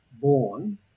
born